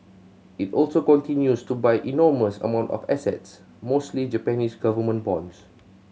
it also continues to buy enormous amount of assets mostly Japanese government bonds